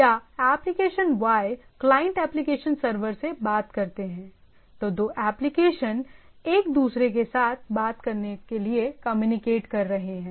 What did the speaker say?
या application Y client application server से बात करते है दो एप्लीकेशन एक दूसरे के साथ बात करने के लिए कम्युनिकेट कर रहे हैं